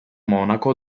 monaco